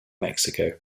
mexico